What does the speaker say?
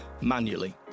manually